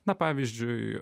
na pavyzdžiui